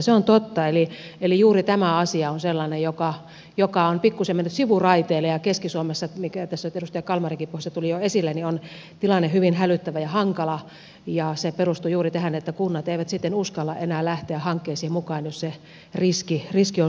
se on totta juuri tämä asia on sellainen joka on pikkuisen mennyt sivuraiteille ja keski suomessa mikä tässä nyt edustaja kalmarinkin puheessa tuli jo esille on tilanne hyvin hälyttävä ja hankala ja se perustuu juuri tähän että kunnat eivät sitten uskalla enää lähteä hankkeisiin mukaan jos se riski on suurempi